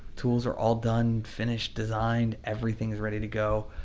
tools are all done, finished, designed, everything is ready to go.